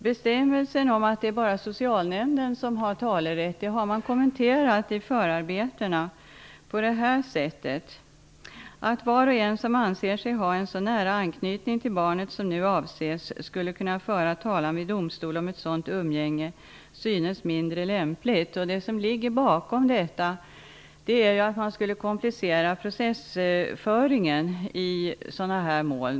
Bestämmelsen om att det endast är socialnämnden som har talerätt har man kommenterat i förarbetena på följande sätt: ''Att var och en som anser sig ha en så nära anknytning till barnet som nu avses skulle kunna föra talan vid domstol om ett sådant umgänge synes dock mindre lämpligt.'' Det som ligger bakom detta är att processföringen i sådana här mål annars skulle kompliceras.